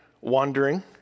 wandering